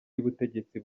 y’ubutegetsi